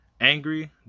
angry